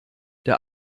der